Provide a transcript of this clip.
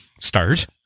start